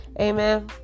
amen